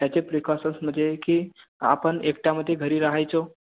ह्याचे प्रीकॉसन्स म्हणजे की आपण एकट्यामध्ये घरी राहायचो